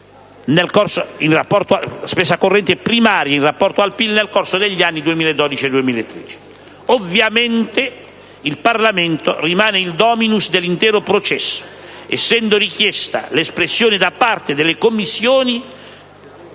della spesa corrente primaria in rapporto al PIL, nel corso degli anni 2012 e 2013. Ovviamente, il Parlamento rimane il *dominus* dell'intero processo, essendo richiesta l'espressione del parere da parte delle Commissioni